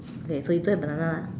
okay so you get the banana lah